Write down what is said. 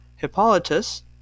Hippolytus